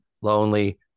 lonely